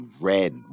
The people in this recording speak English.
red